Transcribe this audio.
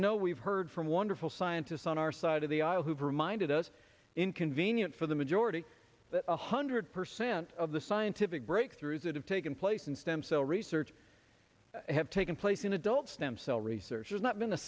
know we've heard from wonderful scientists on our side of the aisle who've reminded us inconvenient for the majority that one hundred percent of the scientific breakthroughs that have taken place in stem cell research have taken place in adult stem cell research has not been a